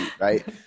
right